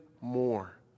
more